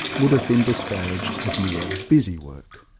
would have been disparaged as mere busywork.